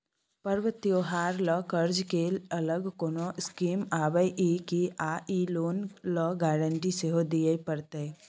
पर्व त्योहार ल कर्ज के अलग कोनो स्कीम आबै इ की आ इ लोन ल गारंटी सेहो दिए परतै?